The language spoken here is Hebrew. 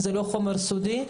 זה לא חומר סודי,